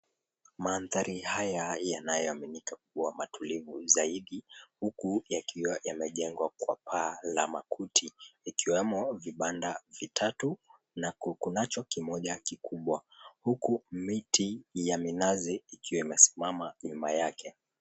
Mandhari haya yanayoaminika kuwa matulivu zaidi huku yakiwa yanajengwa kwa paa la makuti ikiwemo vibanda vitatu na kunacho kimoja kikubwa huku miti ya minazi ikiwa imesimama nyuma yake.